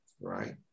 Right